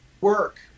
work